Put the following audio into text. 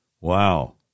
Wow